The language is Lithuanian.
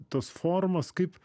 tos formos kaip